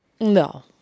No